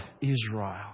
Israel